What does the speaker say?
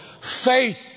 Faith